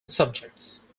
subjects